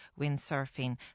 windsurfing